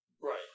Right